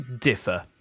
differ